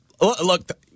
look